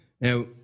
Now